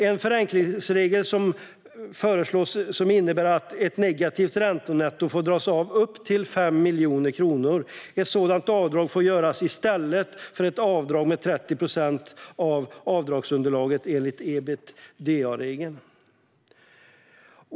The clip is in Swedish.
En förenklingsregel föreslås som innebär att ett negativt räntenetto får dras av upp till 5 miljoner kronor. Ett sådant avdrag får göras i stället för ett avdrag med 30 procent av avdragsunderlaget enligt ebitdaregeln.